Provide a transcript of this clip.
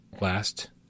last